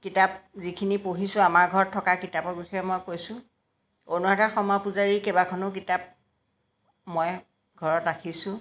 কিতাপ যিখিনি পঢ়িছোঁ আমাৰ ঘৰত থকা কিতাপৰ বিষয়ে মই কৈছোঁ অনুৰাধা শৰ্মা পূজাৰীৰ কেইবাখনো কিতাপ মই ঘৰত ৰাখিছোঁ